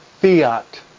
fiat